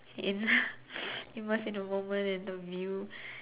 in immerse in the moment and the view